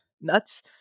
nuts